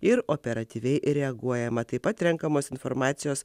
ir operatyviai reaguojama taip pat renkamos informacijos